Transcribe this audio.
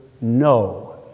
no